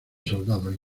soldados